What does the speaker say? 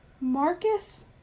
Marcus